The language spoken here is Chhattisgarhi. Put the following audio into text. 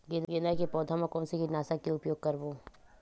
गेंदा के पौधा म कोन से कीटनाशक के उपयोग करबो?